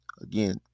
Again